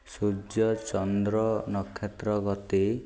ସୂର୍ଯ୍ୟ ଚନ୍ଦ୍ର ନକ୍ଷତ୍ର ଗତି